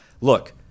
look